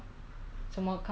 locally 什么